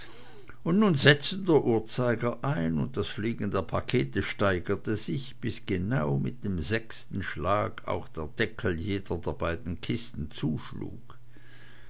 und nun setzte der uhrzeiger ein und das fliegen der pakete steigerte sich bis genau mit dem sechsten schlag auch der deckel jeder der beiden kisten zuschlug